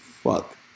fuck